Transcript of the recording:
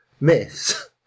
myths